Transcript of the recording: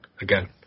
again